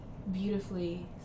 Beautifully